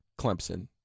Clemson